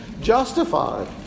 justified